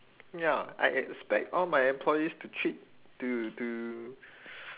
ya I expect all my employees to treat to to